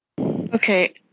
Okay